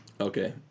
Okay